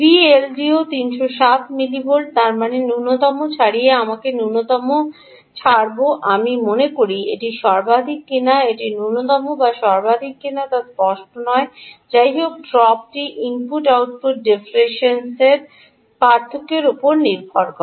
VLDO 307 millivolt তার মানে ন্যূনতমকে ছাড়িয়ে আমরা নূন্যতমকে ছাড়ব আমি মনে করি এটি সর্বাধিক কিনা এটি ন্যূনতম বা সর্বাধিক কিনা তা স্পষ্ট নয় যাইহোক ড্রপটি ইনপুট আউটপুট ডিফারেনশনে পার্থক্যের উপর নির্ভর করে